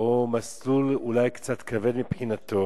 או מסלול אולי קצת כבד מבחינתו,